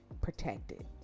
protected